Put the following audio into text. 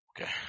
Okay